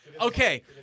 Okay